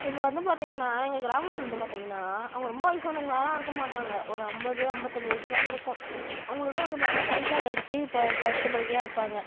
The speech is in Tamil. இப்போ வந்து பார்த்திங்கன்னா எங்கள் கிராமத்தில் வந்து பார்த்திங்கன்னா அவங்க ரொம்ப வயிசானவங்களாலாம் இருக்க மாட்டாங்க ஒரு ஐம்பது ஐம்பத்தஞ்சு வயசுதான் இருக்கும் அவங்களுக்குலாம் வந்து பார்த்தீங்கன்னா கை கால் அடிச்சி ப படுத்த படுக்கையாக இருப்பாங்க